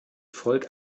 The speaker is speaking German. volk